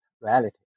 reality